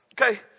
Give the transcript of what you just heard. Okay